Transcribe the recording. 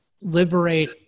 liberate